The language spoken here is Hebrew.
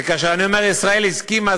וכאשר אני אומר "ישראל הסכימה",